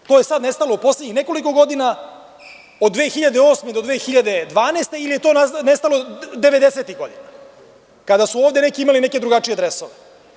To je sada nestalo u poslednjih nekoliko godina, od 2008. do 2012. godine, ili je to nestalo devedesetih godina, kada su ovde neki imali neke drugačije dresove?